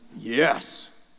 yes